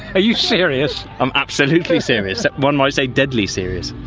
are you serious? i'm absolutely serious, one might say deadly serious.